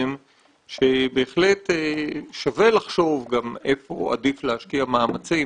זה נכון שבהחלט שווה לחשוב גם היכן עדיף להשקיע מאמצים